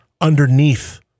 underneath